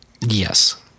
Yes